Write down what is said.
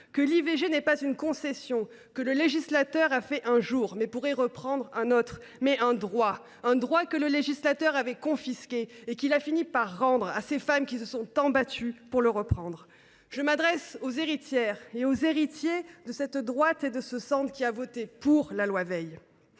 que l’IVG est non pas une concession que le législateur a faite un jour et pourrait reprendre un autre, mais un droit, que le législateur avait confisqué et qu’il a fini par rendre à ces femmes qui se sont tant battues pour le reprendre. Je m’adresse aux héritières et aux héritiers de cette droite et de ce centre qui ont voté pour la loi Veil.